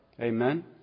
Amen